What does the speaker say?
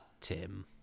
Tim